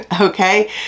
okay